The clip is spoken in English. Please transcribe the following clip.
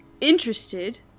interested